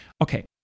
Okay